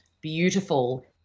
beautiful